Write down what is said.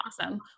Awesome